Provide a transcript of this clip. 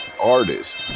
artist